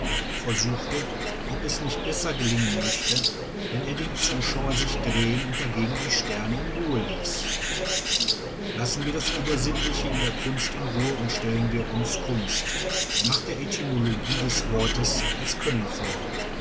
versuchte ob es nicht besser gelingen möchte wenn er den zuschauer sich drehn und dagegen die sterne in ruhe ließ lassen wir das übersinnliche in der kunst in ruhe und stellen wir uns kunst nach der etymologie des wortes als können vor